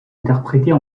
interprétées